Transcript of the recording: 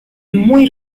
muy